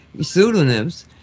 pseudonyms